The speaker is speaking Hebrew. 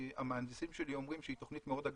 המהנדסים שלי אומרים שהתכנית מאוד אגרסיבית.